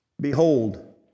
Behold